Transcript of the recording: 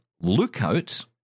Lookout